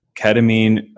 ketamine